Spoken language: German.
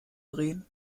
drehen